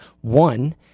One